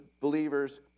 believers